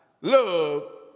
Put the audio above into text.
love